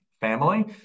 family